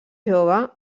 jove